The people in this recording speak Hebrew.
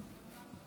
נמנעים.